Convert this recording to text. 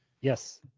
Yes